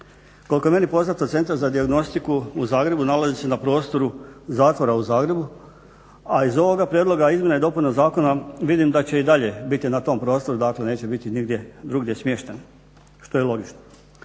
Koliko je meni poznato Centar za dijagnostiku u Zagrebu nalazi se na prostoru Zatvora u Zagrebu, a iz ovoga prijedloga izmjena i dopuna zakona vidim da će i dalje biti na tom prostoru, dakle neće biti nigdje drugdje smješten što je logično.